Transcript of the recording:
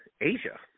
Asia